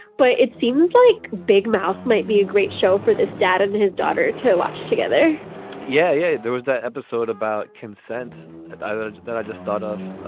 but it seems like big mouth might be a great show for this data in his daughter to watch together yeah. yeah. there was that episode about consent that that i just thought of.